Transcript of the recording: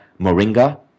moringa